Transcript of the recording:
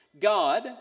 God